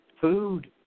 food